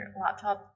laptop